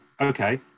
okay